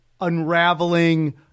unraveling